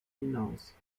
hinaus